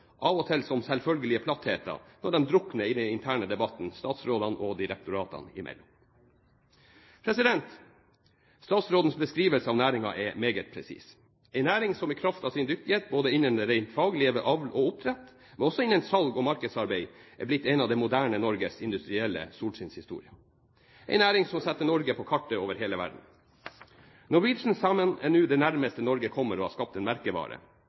av og til som selvfølgelige plattheter når de drukner i den interne debatten statsrådene og direktoratene imellom. Statsrådens beskrivelse av næringen er meget presis – en næring som i kraft av sin dyktighet både innenfor det rent faglige ved avl og oppdrett, men også innenfor salg og markedsarbeid, er blitt en av det moderne Norges industrielle solskinnshistorier, og en næring som setter Norge på kartet over hele verden. Norwegian Salmon er nå det nærmeste Norge kommer det å ha skapt en merkevare.